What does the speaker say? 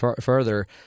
further